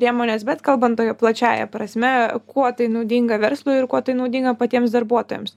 priemonės bet kalbant plačiąja prasme kuo tai naudinga verslui ir kuo tai naudinga patiems darbuotojams